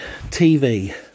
TV